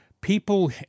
People